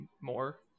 more